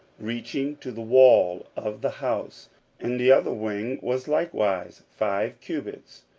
reaching to the wall of the house and the other wing was likewise five cubits,